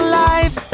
life